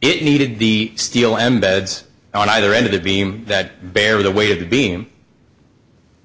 it needed the steel and beds on either end of the beam that bear the weight of the beam